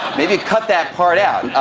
maybe cut that part out.